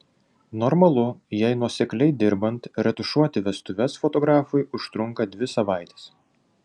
normalu jei nuosekliai dirbant retušuoti vestuves fotografui užtrunka dvi savaites